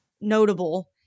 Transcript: notable